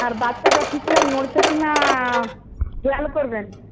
আর বাচ্চাটা ঠিকঠাক নড়ছে কি না খেয়াল করবেন